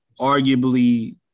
arguably